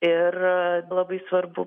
ir labai svarbu